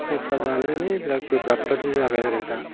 संसार जानायानो बेराद गोब्राब बायदि जाबाय आरो दा